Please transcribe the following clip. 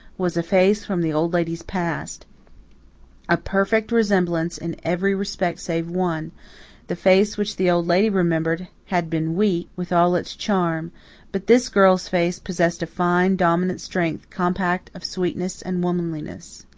was a face from the old lady's past a perfect resemblance in every respect save one the face which the old lady remembered had been weak, with all its charm but this girl's face possessed a fine, dominant strength compact of sweetness and womanliness.